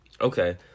Okay